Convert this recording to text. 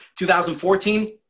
2014